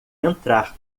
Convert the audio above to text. entrar